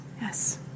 Yes